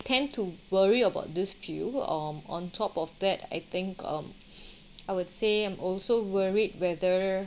tend to worry about this few on on top of that I think um I would say I'm also worried whether